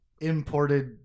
imported